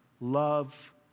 love